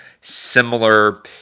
similar